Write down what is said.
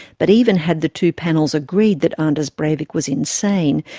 but even had the two panels agreed that anders breivik was insane,